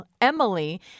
Emily